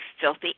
filthy